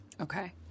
Okay